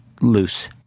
loose